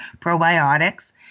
probiotics